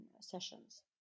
sessions